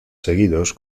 seguidos